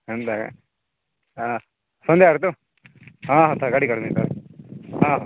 ଏନ୍ତା ଏକା ହଁ ସନ୍ଧ୍ୟାବେଳେ ତ ହଁ ହଁ ଥାଅ ଗାଡ଼ି କାଢ଼ିବି ତ ହଁ ହଁ